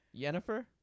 Yennefer